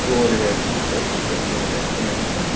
سورُے آسہِ بِہِو تُہۍ تُہۍ مٔہ ہیٚیِو ٹینشَن ویٚنشَن